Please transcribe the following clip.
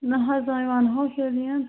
نہ حٲز وۄنۍ ونہوکھ ییٚلہِ یِن